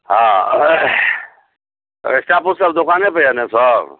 हँ तऽ स्टाफो सब दोकाने पे हय ने सब